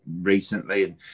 recently